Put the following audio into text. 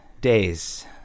days